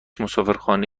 مسافرخانه